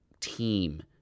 team